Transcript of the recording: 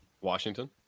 Washington